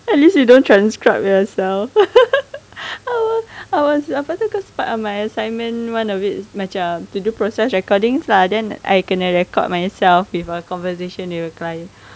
at least you don't transcribe yourself I wa~ I was apa itu part of my assignment one of it is macam to do process recordings lah then I kena record myself with a conversation with a client